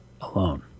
alone